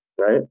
right